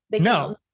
No